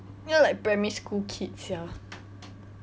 you know like primary school kid sia